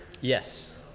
Yes